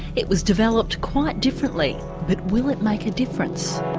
it was developed quite differently but will it make a difference?